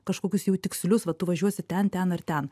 kažkokius jau tikslius va tu važiuosi ten ten ar ten